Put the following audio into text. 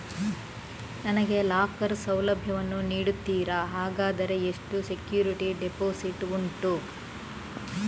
ನನಗೆ ಲಾಕರ್ ಸೌಲಭ್ಯ ವನ್ನು ನೀಡುತ್ತೀರಾ, ಹಾಗಾದರೆ ಎಷ್ಟು ಸೆಕ್ಯೂರಿಟಿ ಡೆಪೋಸಿಟ್ ಉಂಟು?